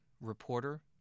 reporter